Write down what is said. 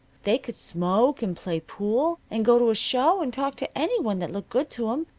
they could smoke, and play pool, and go to a show, and talk to any one that looked good to em.